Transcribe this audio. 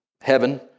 heaven